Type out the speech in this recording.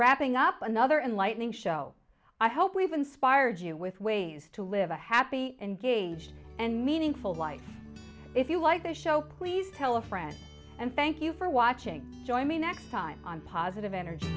wrapping up another enlightening show i hope we've inspired you with ways to live a happy and gage and meaningful life if you like the show please tell a friend and thank you for watching join me next time on positive energy